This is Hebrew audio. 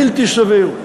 בלתי סביר.